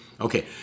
Okay